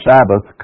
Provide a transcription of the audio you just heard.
Sabbath